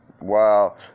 wow